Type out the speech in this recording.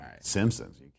Simpsons